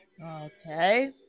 Okay